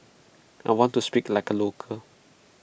I want to speak like A local